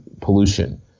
pollution